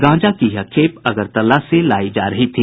गांजा की यह खेप अगरतला से लायी जा रही थी